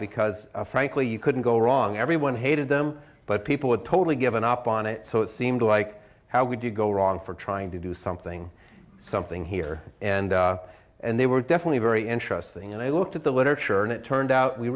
because frankly you couldn't go wrong everyone hated them but people were totally given up on it so it seemed like how would you go wrong for trying to do something something here and and they were definitely very interesting and i looked at the literature and it turned out we